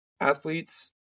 athletes